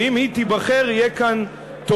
ואם היא תיבחר יהיה כאן טוב.